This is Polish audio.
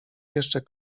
jeszcze